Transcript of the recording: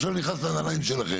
עכשיו אני נכנס לנעליים שלכם.